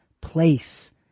place